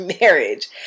marriage